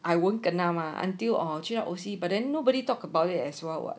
I won't kena mah until orh 就要 O_C but then nobody talk about it as well mah